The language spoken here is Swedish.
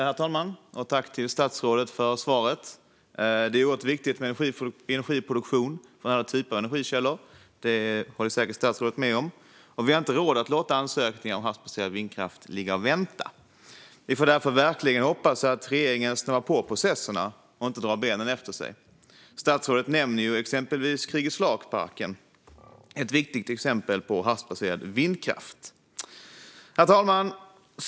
Herr talman! Tack, statsrådet, för svaret! Det är oerhört viktigt med energiproduktion från alla typer av energikällor - det håller statsrådet säkert med om. Och vi har inte råd att låta ansökningar om havsbaserad vindkraft ligga och vänta. Vi får därför verkligen hoppas att regeringen snabbar på processerna och inte drar benen efter sig. Statsrådet nämner exempelvis Kriegers flak-parken, ett viktigt exempel på havsbaserad vindkraft. Herr talman!